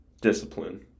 discipline